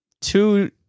two